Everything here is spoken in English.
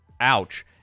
Ouch